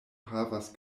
havas